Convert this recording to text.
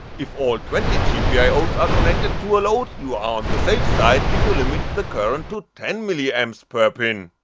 if all twenty gpios are connected to a load, you are on the safe side if you limit the current to ten ma um so per pin.